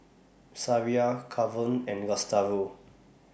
Sariah Kavon and Gustavo